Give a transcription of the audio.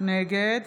נגד